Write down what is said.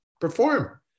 perform